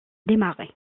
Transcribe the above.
démarrer